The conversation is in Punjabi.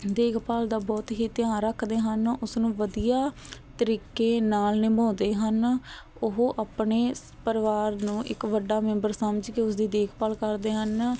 ਦੇਖਭਾਲ ਦਾ ਬਹੁਤ ਹੀ ਧਿਆਨ ਰੱਖਦੇ ਹਨ ਉਸਨੂੰ ਵਧੀਆ ਤਰੀਕੇ ਨਾਲ ਨਿਭਾਉਂਦੇ ਹਨ ਉਹ ਆਪਣੇ ਸ ਪਰਿਵਾਰ ਨੂੰ ਇੱਕ ਵੱਡਾ ਮੈਂਬਰ ਸਮਝ ਕੇ ਉਸਦੀ ਦੇਖਭਾਲ ਕਰਦੇ ਹਨ